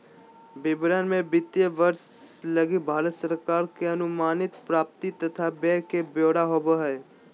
विवरण मे वित्तीय वर्ष लगी भारत सरकार के अनुमानित प्राप्ति तथा व्यय के ब्यौरा होवो हय